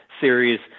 series